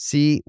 See